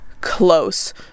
close